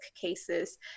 cases